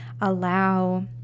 allow